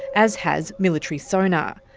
as has military sonar.